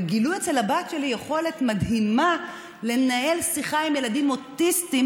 וגילו אצל הבת שלי יכולת מדהימה לנהל שיחה עם ילדים אוטיסטים,